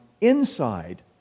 inside